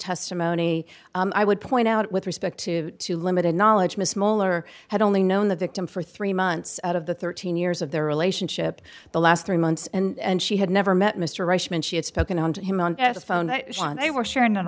testimony i would point out with respect to to limited knowledge miss miller had only known the victim for three months out of the thirteen years of their relationship the last three months and she had never met mr rush when she had spoken to him on the phone that they were sharing an